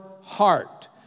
heart